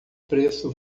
preço